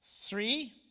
three